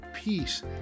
peace